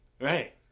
right